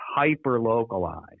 hyper-localized